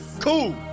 cool